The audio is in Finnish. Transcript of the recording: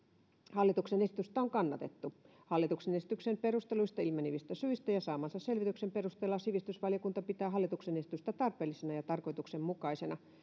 hallituksen esitystä on kannatettu hallituksen esityksen perusteluista ilmenevistä syistä ja saamansa selvityksen perusteella sivistysvaliokunta pitää hallituksen esitystä tarpeellisena ja tarkoituksenmukaisena